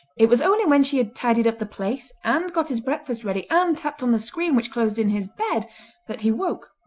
it was only when she had tidied up the place and got his breakfast ready and tapped on the screen which closed in his bed that he woke.